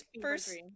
first